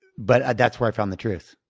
but that's where i found the truth,